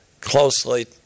closely